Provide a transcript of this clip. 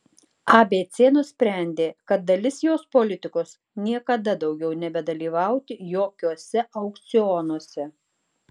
abc nusprendė kad dalis jos politikos niekada daugiau nebedalyvauti jokiuose aukcionuose